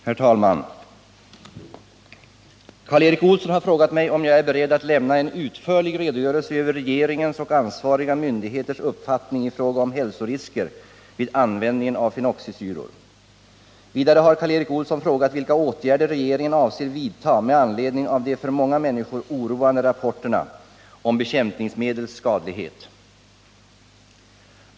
Herr talman! Karl Erik Olsson har frågat mig om jag är beredd att lämna en utförlig redogörelse för regeringens och ansvariga myndigheters uppfattning i fråga om hälsorisker vid användningen av fenoxisyror. Vidare har Karl Erik Olsson frågat vilka åtgärder regeringen avser vidta med anledning av de för många människor oroande rapporterna om bekämpningsmedels skadlighet.